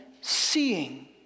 seeing